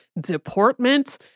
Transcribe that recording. deportment